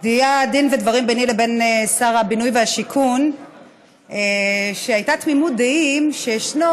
היה דין ודברים ביני לבין שר הבינוי והשיכון והייתה תמימות דעים שישנו